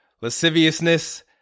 lasciviousness